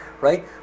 Right